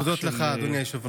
תודות לך, אדוני היושב-ראש.